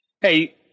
Hey